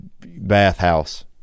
bathhouse